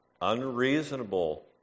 unreasonable